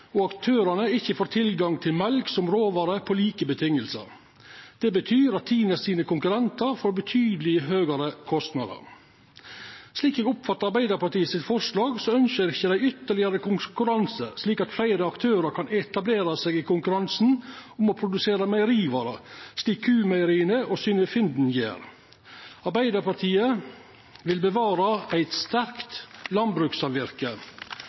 og at aktørane ikkje får tilgang til mjølk som råvare på like vilkår. Det betyr at Tine sine konkurrentar får betydeleg høgare kostnader. Slik eg oppfattar Arbeidarpartiet sitt forslag, ønskjer dei ikkje ytterlegare konkurranse, slik at fleire aktørar kan etablera seg i konkurransen om å produsera meierivarer, slik Q-meieria og Synnøve Finden gjer. Arbeidarpartiet vil bevara eit sterkt